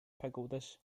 pagodas